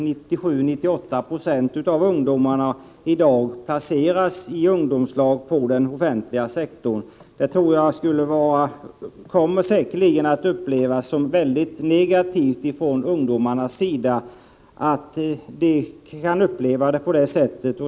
97-98 20 av de ungdomar som i dag placeras i ungdomslag kommer till den offentliga sektorn. Det måste säkerligen upplevas som negativt från ungdomarnas sida.